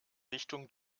richtung